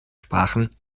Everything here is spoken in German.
sprachen